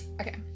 okay